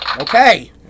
Okay